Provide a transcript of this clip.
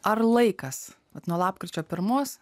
ar laikas bet nuo lapkričio pirmos